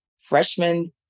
freshman